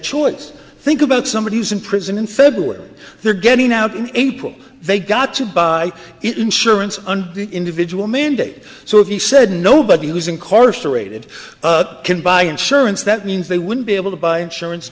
choice think about somebody who's in prison in february they're getting out in april they got to buy insurance on the individual mandate so if he said nobody who's incarcerated can buy insurance that means they wouldn't be able to buy insurance